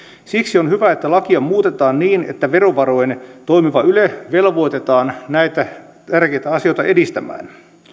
siksi on hyvä että lakia muutetaan niin että verovaroin toimiva yle velvoitetaan näitä tärkeitä asioita edistämään